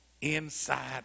inside